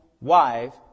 wife